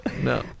No